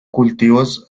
cultivos